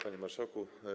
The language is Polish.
Panie Marszałku!